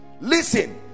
Listen